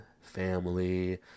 family